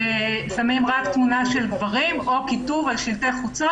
אלא שמים רק תמונה של גברים או כיתוב על שלטי חוצות,